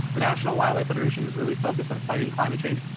the national wildlife federation is really focused on fighting climate change.